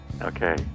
Okay